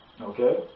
Okay